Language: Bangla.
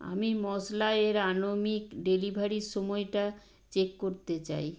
আমি মশলা এর আনুমানিক ডেলিভারির সময়টা চেক করতে চাই